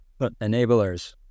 enablers